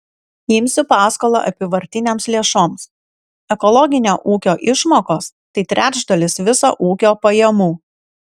imsiu paskolą apyvartinėms lėšoms ekologinio ūkio išmokos tai trečdalis viso ūkio pajamų